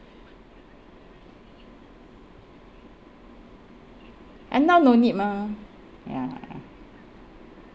ah now no need mah ya